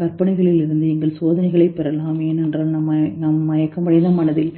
கற்பனைகளிலிருந்து எங்கள் சோதனைகளைப் பெறலாம் ஏனென்றால் நம் மயக்கமடைந்த மனதில்